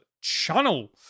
channel